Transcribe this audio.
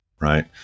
right